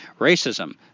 racism